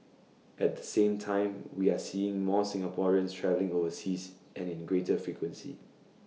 at the same time we are seeing more Singaporeans travelling overseas and in greater frequency